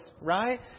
right